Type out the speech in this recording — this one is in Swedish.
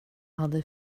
hade